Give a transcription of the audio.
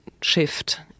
shift